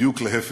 בדיוק להפך.